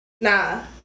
Nah